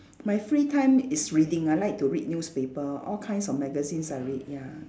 my free time is reading I like to read newspaper all kinds of magazines I read ya